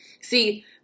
See